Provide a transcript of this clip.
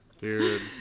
Dude